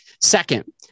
Second